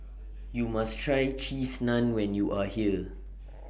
YOU must Try Cheese Naan when YOU Are here